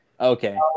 Okay